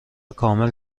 کامل